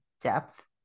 depth